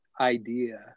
idea